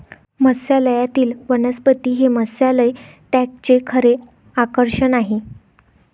मत्स्यालयातील वनस्पती हे मत्स्यालय टँकचे खरे आकर्षण आहे